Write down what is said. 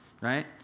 right